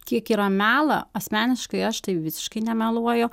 kiek yra melo asmeniškai aš tai visiškai nemeluoju